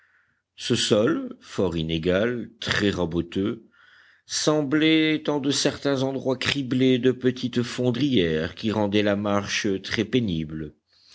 ce sol fort inégal très raboteux semblait en de certains endroits criblé de petites fondrières qui rendaient la marche très pénible